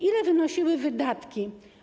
Ile wynosiły wydatki?